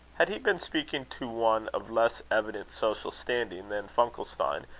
had he been speaking to one of less evident social standing than funkelstein,